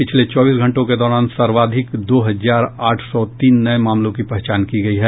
पिछले चौबीस घंटों के दौरान सर्वाधिक दो हजार आठ सौ तीन नये मामलों की पहचान की गयी है